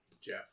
Jeff